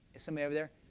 somebody over there?